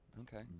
Okay